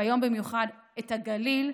והיום במיוחד את הגליל,